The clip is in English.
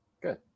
Good